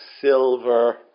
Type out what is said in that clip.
silver